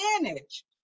manage